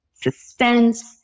suspense